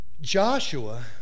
Joshua